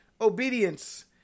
obedience